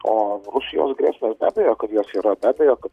o rusijos grėsmes be abejo kad jos yra be abejo kad